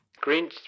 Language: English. Green